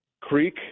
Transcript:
Creek